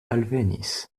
alvenis